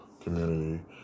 community